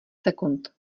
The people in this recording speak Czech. sekund